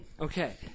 Okay